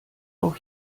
auch